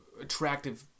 attractive